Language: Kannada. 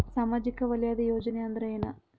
ಸಾಮಾಜಿಕ ವಲಯದ ಯೋಜನೆ ಅಂದ್ರ ಏನ?